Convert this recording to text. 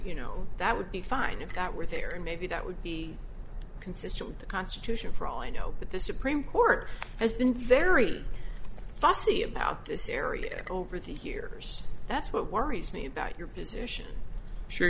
you know that would be fine if that were there and maybe that would be consistent with the constitution for all i know but the supreme court has been very fussy about this area over the here that's what worries me about your position sure